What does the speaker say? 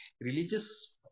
religious